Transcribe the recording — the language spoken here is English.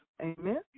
Amen